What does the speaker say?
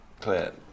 clear